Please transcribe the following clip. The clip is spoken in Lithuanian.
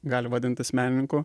gali vadintis menininku